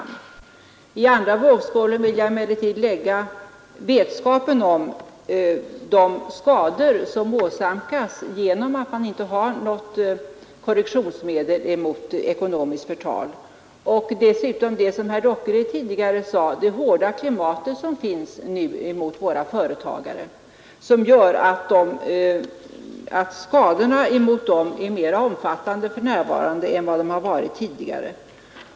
Men i den andra vågskålen vill jag lägga de skador som åsamkas genom att man inte har något korrektionsmedel mot ekonomiskt förtal och dessutom det som herr Dockered tidigare sade, det hårda klimat som nu finns mot våra företagare vilket gör att skadorna mot dem är mera omfattande för närvarande än de varit tidigare.